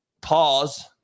pause